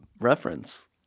reference